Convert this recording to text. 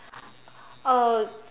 uh